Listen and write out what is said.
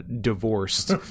divorced